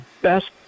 best